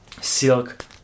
silk